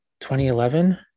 2011